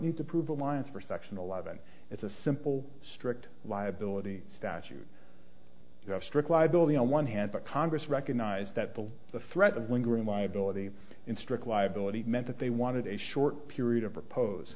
need to prove alliance for section eleven it's a simple strict liability statute to have strict liability on one hand but congress recognized that bill the threat of lingering liability in strict liability meant that they wanted a short period of repose